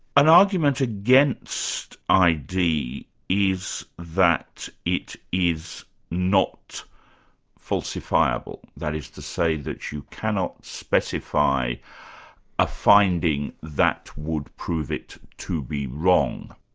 an argument against id is that it is not falsifiable. that is to say that you cannot specify a finding that would prove it to be wrong.